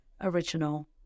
original